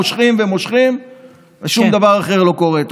מושכים ומושכים ושום דבר אחר לא קורה.